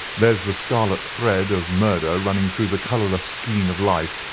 there's the scarlet thread of murder running through the colourless skein of life,